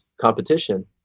competition